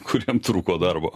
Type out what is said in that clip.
kuriem trūko darbo